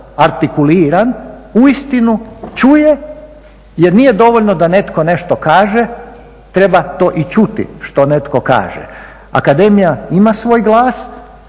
artikuliran uistinu čuje, jer nije dovoljno da netko nešto kaže, treba to i čuti što netko kaže. Akademija ima svoj glas